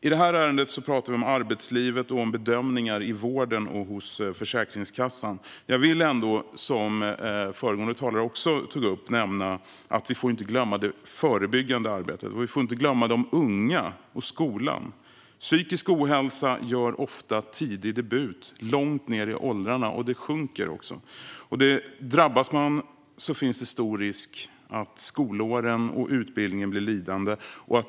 I detta ärende talar vi om arbetslivet och om bedömningar i vården och hos Försäkringskassan. Jag vill ändå ta upp något som även föregående talare nämnde: Vi får inte glömma det förebyggande arbetet, och vi får inte glömma de unga och skolan. Psykisk ohälsa gör ofta tidig debut långt ned i åldrarna, och det blir dessutom allt tidigare. Drabbas man är risken stor att skolåren och utbildningen blir lidande.